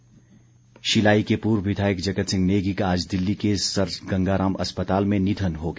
निधन शिलाई के पूर्व विधायक जगत सिंह नेगी का आज दिल्ली के सर गंगाराम अस्पताल में निधन हो गया